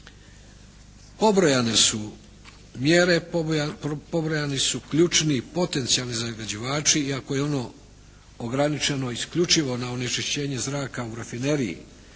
pobrojane su mjere, pobrojani su ključni potencijalni zagađivači iako je ono ograničeno isključivo na onečišćenje zraka u rafineriji